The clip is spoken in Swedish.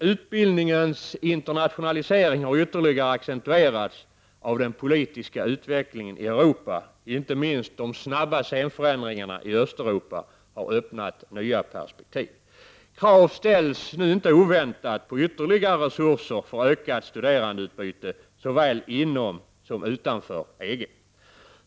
Utbildningens internationalisering har ytterligare accentuerats av den politiska utvecklingen i Europa. Inte minst de snabba scenförändringarna i Östeuropa har öppnat nya perspektiv. Krav ställs nu inte oväntat på ytterligare resurser för ökat studerandeutbyte såväl inom som utanför EG.